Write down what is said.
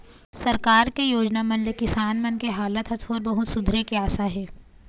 सरकार के योजना मन ले किसान मन के हालात ह थोर बहुत सुधरे के आसा हे